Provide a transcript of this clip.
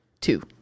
Two